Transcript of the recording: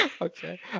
Okay